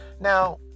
Now